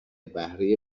بهره